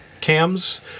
cams